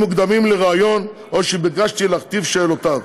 מוקדמים לריאיון או ביקשתי להכתיב שאלותיו,